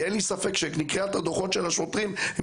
אין לי ספק שמקריאת הדוחות של השוטרים הם